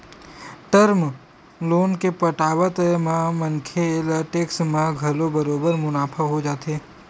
term loan के पटावत म मनखे ल टेक्स म घलो बरोबर मुनाफा हो जाथे